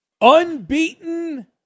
Unbeaten